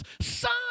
son